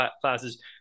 classes